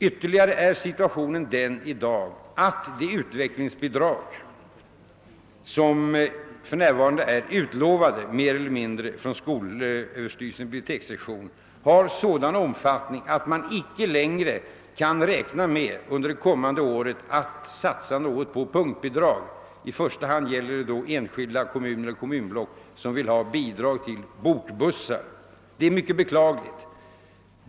Ytterligare är situationen i dag den att de utvecklingsbidrag som för närvarande mer eller mindre har utlovats av skolöverstyrelsens bibliotekssektion har sådan omfattning att man inte längre kan räkna med att under det kommande året satsa på punktbidrag — i första hand gäller det enskilda kommuner och kommunblock som vill ha bidrag till bokbussar. Detta är mycket beklagligt.